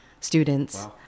students